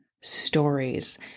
stories